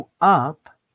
up